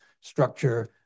structure